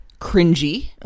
cringy